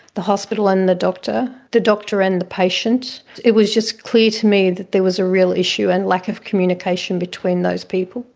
the hospital and the doctor, the doctor and the patient. it was just clear to me that there was a real issue and lack of communication between those those people.